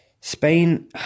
Spain